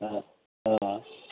हा हा